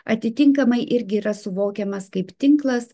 atitinkamai irgi yra suvokiamas kaip tinklas